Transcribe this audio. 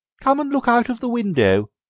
come and look out of the window,